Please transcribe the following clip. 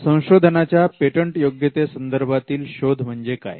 संशोधनाच्या पेटंटयोग्यते संदर्भातील शोध म्हणजे काय